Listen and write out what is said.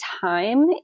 time